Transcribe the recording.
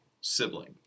Sibling